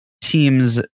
teams